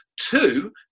two